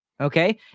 okay